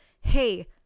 hey